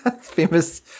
Famous